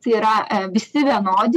tai yra visi vienodi